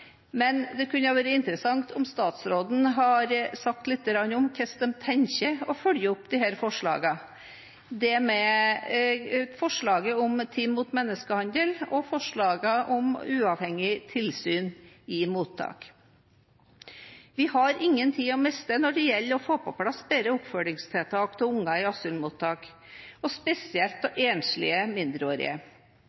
Det kunne vært interessant om statsråden hadde sagt litt om hvordan man tenker å følge opp disse forslagene – forslaget om team mot menneskehandel og forslaget om uavhengig tilsyn i mottak. Vi har ingen tid å miste når det gjelder å få på plass bedre oppfølgingstiltak for barn i asylmottakene, og spesielt